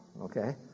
okay